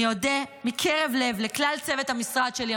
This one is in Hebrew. אני אודה מקרב לב לכלל צוות המשרד שלי,